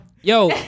yo